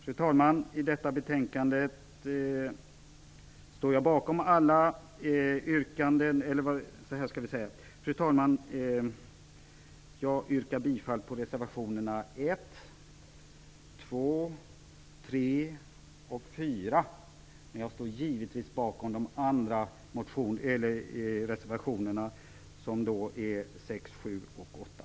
Fru talman! Jag yrkar bifall till res. 1, 2, 3 och 4, men jag står givetvis bakom de andra reservationerna, nämligen res. 6, 7 och 8.